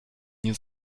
nie